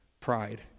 Pride